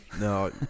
no